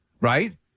right